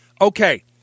okay